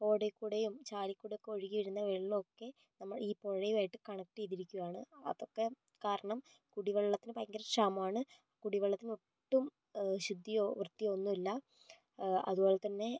ഓടയിൽക്കൂടെയും ചാലിൽക്കൂടെ ഒക്കെ ഒഴുകിവരുന്ന വെള്ളം ഒക്കെ നമ്മുടെ ഈ പുഴയും ആയിട്ട് കണക്ട് ചെയ്തിരിക്കുകയാണ് അതൊക്കെ കാരണം കുടിവെള്ളത്തിന് ഭയങ്കര ക്ഷാമമാണ് കുടിവെള്ളത്തിന് ഒട്ടും ശുദ്ധിയോ വൃത്തിയോ ഒന്നുമില്ല അതുപോലെതന്നെ